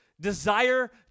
desire